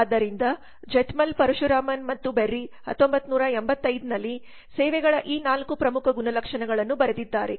ಆದ್ದರಿಂದ ಈ ಝೆಇತ್ಮಲ್ ಪರಶುರಾಮನ್ ಮತ್ತು ಬೆರ್ರಿZeithml Parasuraman and Berry 1985 ನಲ್ಲಿ ಸೇವೆಗಳ ಈ 4 ಪ್ರಮುಖ ಗುಣಲಕ್ಷಣಗಳನ್ನು ಬರೆದಿದ್ದಾರೆ